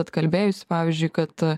atkalbėjusi pavyzdžiui kad